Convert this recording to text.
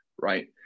right